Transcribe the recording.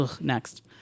next